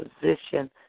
position